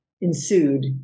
ensued